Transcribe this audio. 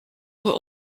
were